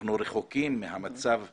אנחנו רחוקים מהמצב המינימלי,